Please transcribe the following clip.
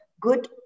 good